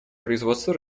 производства